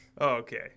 Okay